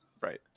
Right